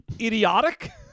idiotic